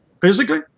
Physically